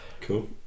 cool